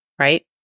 right